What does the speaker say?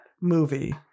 movie